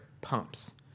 pumps